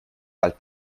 alt